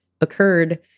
occurred